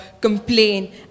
complain